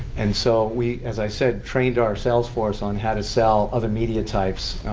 and so, we, as i said, trained our salesforce on how to sell other media types,